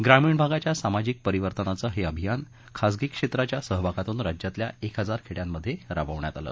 ग्रामीण भागच्या सामाजिक परिवर्तनाचं हे अभियान खाजगी क्षेत्राच्या सहभागातून राज्यातल्या एक हजार खेड्यांमधे राबवण्यात आलं